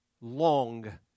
long